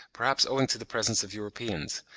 perhaps owing to the presence of europeans,